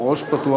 בראש פתוח.